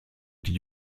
die